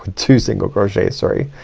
two single crochets. sorry.